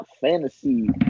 fantasy